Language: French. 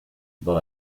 dans